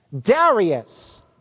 Darius